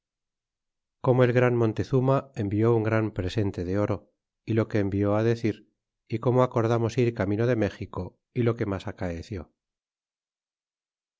como el gran montezuma envió un presente de oro y lo que envió decir y como acordamos ir camino de méxico y lo que mas acaeció